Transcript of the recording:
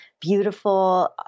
beautiful